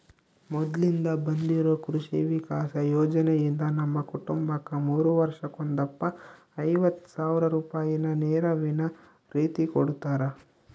ಮೊದ್ಲಿಂದ ಬಂದಿರೊ ಕೃಷಿ ವಿಕಾಸ ಯೋಜನೆಯಿಂದ ನಮ್ಮ ಕುಟುಂಬಕ್ಕ ಮೂರು ವರ್ಷಕ್ಕೊಂದಪ್ಪ ಐವತ್ ಸಾವ್ರ ರೂಪಾಯಿನ ನೆರವಿನ ರೀತಿಕೊಡುತ್ತಾರ